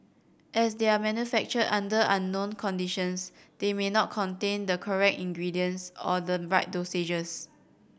as they are manufactured under unknown conditions they may not contain the correct ingredients or the right dosages